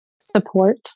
support